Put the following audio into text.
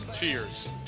cheers